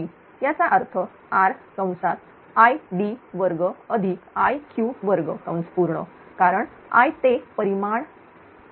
याचा अर्थ RId2Iq2 कारण I ते परिमाण हे Id2Iq2आहे